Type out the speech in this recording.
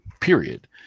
period